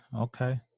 Okay